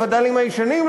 לווד"לים הישנים,